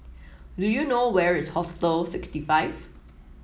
do you know where is Hostel sixty five